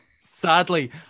sadly